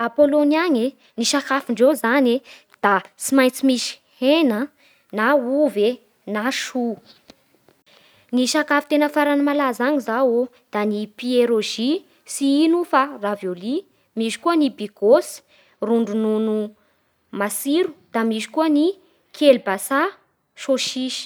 A Polony any e, ny sakafondreo zany da tsy maintsy misy hena, na ovy e, na chou Ny sakafo tena malaza any zao da ny pieroji, tsy igno io fa ravioli Misy koa ny bigos, ron-dronono matsiro Da misy koa ny kielbasa, sosisy